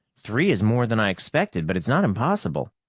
three is more than i expected but it's not impossible.